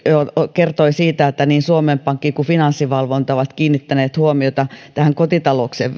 kertoi siitä että niin suomen pankki kuin finanssivalvonta ovat kiinnittäneet huomiota kotitalouksien